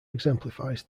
exemplifies